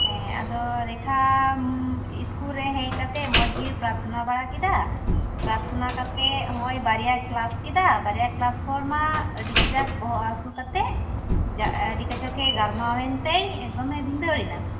ᱦᱮᱸ ᱟᱫᱚ ᱨᱮᱠᱷᱟ ᱤᱥᱠᱩᱞ ᱨᱮ ᱦᱮᱡ ᱠᱟᱛᱮᱫ ᱢᱚᱡᱽ ᱜᱮᱭ ᱯᱟᱨᱛᱷᱚᱱᱟ ᱵᱟᱲᱟ ᱠᱮᱫᱟ ᱯᱟᱨᱛᱷᱚᱱᱟ ᱠᱟᱛᱮ ᱦᱚᱸᱜᱼᱚᱭ ᱵᱟᱨᱭᱟᱭ ᱠᱞᱟᱥ ᱠᱮᱫᱟ ᱵᱟᱨᱭᱟ ᱠᱞᱟᱥ ᱯᱚᱨ ᱢᱟ ᱟᱹᱰᱤ ᱠᱟᱡᱟᱠ ᱵᱚᱦᱚᱜ ᱦᱟᱹᱥᱩ ᱠᱟᱛᱮ ᱟᱹᱰᱤ ᱠᱟᱡᱟᱠᱮ ᱜᱟᱨᱢᱟᱣᱮᱱ ᱛᱮᱭ ᱮᱠᱫᱚᱢᱮᱭ ᱵᱷᱤᱸᱫᱟᱲᱮᱱᱟ